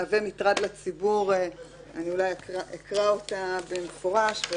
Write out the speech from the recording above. אני אקרא אותה במפורש: